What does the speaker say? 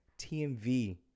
TMV